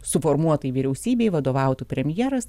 suformuotai vyriausybei vadovautų premjeras